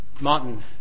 Martin